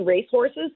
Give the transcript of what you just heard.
racehorses